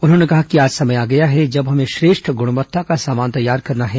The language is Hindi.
उन्होंने कहा कि आज समय आ गया है जब हमें श्रेष्ठ गुणवत्ता का सामान तैयार करना है